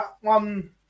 one